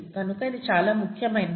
కనుక ఇది చాలా ముఖ్యమైనది